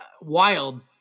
wild